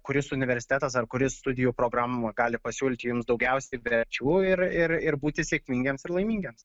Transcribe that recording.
kuris universitetas ar kuris studijų programų gali pasiūlyti jums daugiausiai verčių ir ir ir būti sėkmingiems ir laimingiems